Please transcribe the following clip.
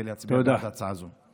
להצביע בעד ההצעה הזו.